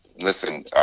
Listen